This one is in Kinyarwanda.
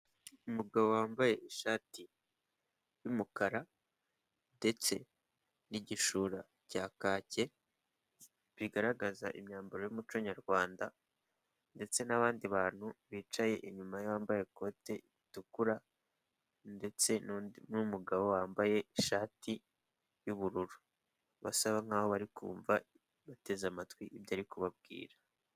Umugabo wambaye ishati y'umukara ndetse n'igishura cya kacye, bigaragaza imyambaro y'umuco nyarwanda ndetse n'abandi bantu bicaye inyuma, umwe yambaye ikote ritukura ndetse n'undi mugabo wambaye ishati y'ubururu, basa nk'aho bari kumva bateze amatwi ibyo ari kubabwira.